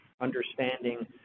understanding